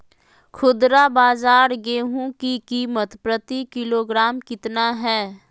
खुदरा बाजार गेंहू की कीमत प्रति किलोग्राम कितना है?